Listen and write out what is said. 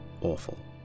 awful